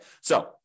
So-